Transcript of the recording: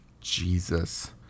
Jesus